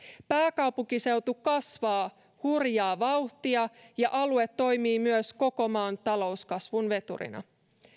pääkaupunkiseutu kasvaa hurjaa vauhtia ja alue toimii myös koko maan talouskasvun veturina